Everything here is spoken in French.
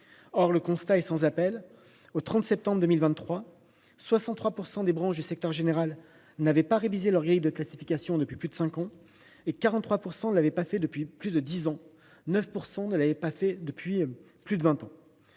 Or le constat est sans appel : au 30 septembre 2023, 63 % des branches du secteur général n’avaient pas révisé leurs grilles de classification depuis plus de cinq ans ; 43 % ne l’avaient pas fait depuis plus de dix ans ; 9 % n’y avaient pas procédé depuis plus de vingt ans.